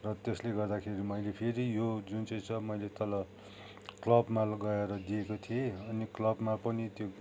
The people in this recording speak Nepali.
र त्यसले गर्दाखेरि मैले फेरि यो जुन चाहिँ छ मैले तल क्लबमा गएर दिएको थिएँ अनि क्लबमा पनि त्यो